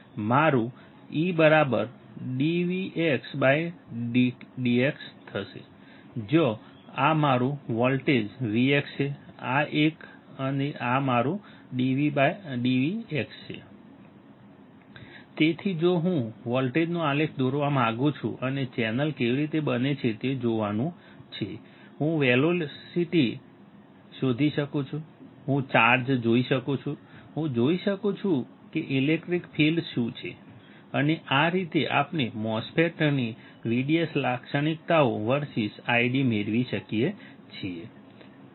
મારું E dvdx જ્યાં આ મારું વોલ્ટેજ v છે આ એક અને આ મારું dv હશે તેથી જો હું વોલ્ટેજનો આલેખ દોરવા માંગુ છું અને ચેનલ કેવી રીતે બને છે તે જોવાનું છે હું વેલોસિટી શોધી શકું છું હું ચાર્જ જોઈ શકું છું હું જોઈ શકું છું કે ઇલેક્ટ્રિક ફિલ્ડ શું છે અને આ રીતે આપણે MOSFET ની VDS લાક્ષણિકતાઓ વર્સીસ ID મેળવી શકીએ છીએ